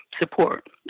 support